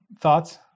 thoughts